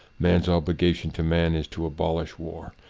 man's obligation to man is to abolish war,